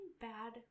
bad